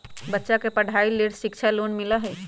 बच्चा के पढ़ाई के लेर शिक्षा लोन मिलहई?